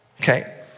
okay